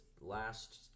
last